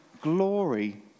glory